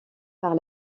par